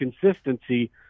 consistency